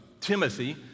Timothy